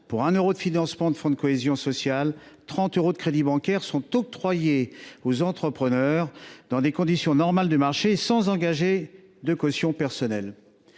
pour 1 euro de financement du fonds de cohésion sociale, 30 euros de crédit bancaire sont octroyés aux entrepreneurs, dans des conditions normales de marché et sans engager de caution personnelle.